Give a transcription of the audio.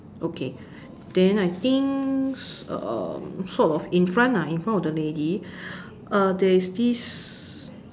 okay then I think um sort of in front ah in front of the lady uh there is this